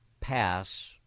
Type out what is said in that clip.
pass